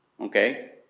okay